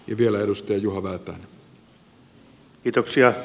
arvoisa herra puhemies